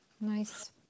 Nice